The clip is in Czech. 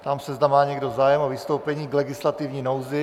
Ptám se, zda má někdo zájem o vystoupení k legislativní nouzi.